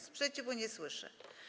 Sprzeciwu nie słyszę.